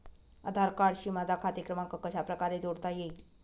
आधार कार्डशी माझा खाते क्रमांक कशाप्रकारे जोडता येईल?